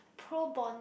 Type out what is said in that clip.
pro bon~